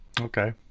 Okay